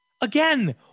Again